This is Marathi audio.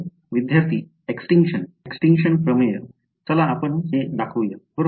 विद्यार्थी Extenction Extenction प्रमेय चला दाखवू बरोबर